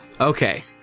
Okay